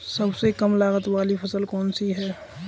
सबसे कम लागत वाली फसल कौन सी है?